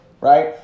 right